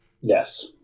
yes